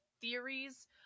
theories